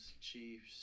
Chiefs